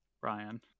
Brian